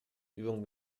übung